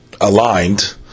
aligned